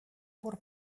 пор